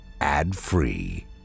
ad-free